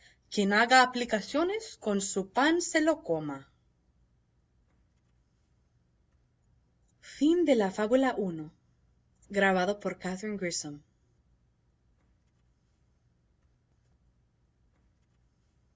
quien haga aplicaciones con su pan se lo coma fábula